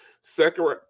second